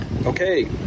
Okay